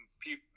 people